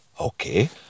okay